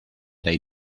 they